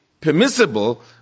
permissible